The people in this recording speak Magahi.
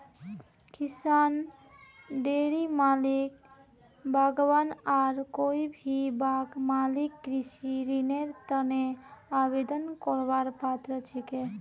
किसान, डेयरी मालिक, बागवान आर कोई भी बाग मालिक कृषि ऋनेर तने आवेदन करवार पात्र छिके